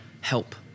help